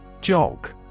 Jog